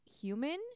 human